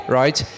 right